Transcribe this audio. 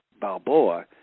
Balboa